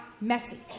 messy